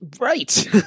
Right